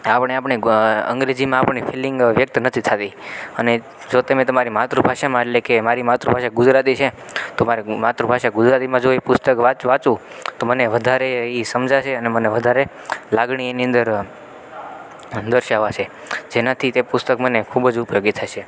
આપણે આપણી અંગ્રેજીમાં આપણી ફિલિંગ વ્યક્ત નથી થતી અને જો તમે તમારી માતૃભાષામાં એટલે કે મારી માતૃભાષા ગુજરાતી છે તો મારે માતૃભાષા ગુજરાતીમાં જો એ પુસ્તક વાચ વાંચું તો મને વધારે એ સમજાશે અને વધારે લાગણી એની અંદર દર્શાવાશે જેનાથી તે પુસ્તક મને ખૂબ જ ઉપયોગી થશે